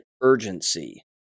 urgency